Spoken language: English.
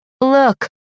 Look